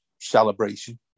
celebration